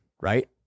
right